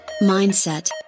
mindset